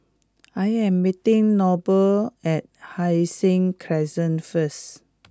I am meeting Noble at Hai Sing Crescent first